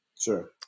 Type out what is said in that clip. Sure